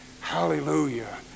hallelujah